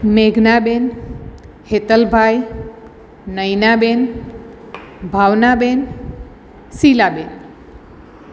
Meghnaben Hetalbhai Nainaben Bhavnaben Shilaben